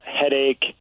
headache